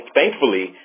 thankfully